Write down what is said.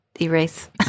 Erase